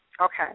Okay